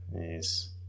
Yes